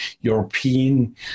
European